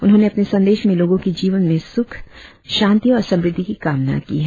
उन्होंने अपने संदेश में लोगों के जीवन में सुख शांति और समृद्धि की कामना की है